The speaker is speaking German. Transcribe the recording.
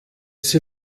sie